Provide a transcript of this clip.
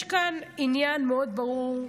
יש כאן עניין מאוד ברור,